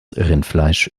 rindfleisch